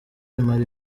bimara